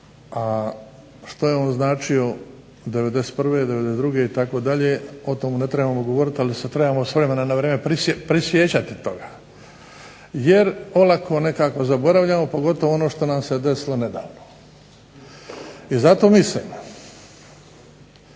a što je on značio '91., '92., itd., o tomu ne trebamo govoriti, ali se trebamo s vremena na vrijeme prisjećati toga, jer olako nekako zaboravljamo pogotovo ono što nam se desilo nedavno. I zato mislim,